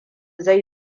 zai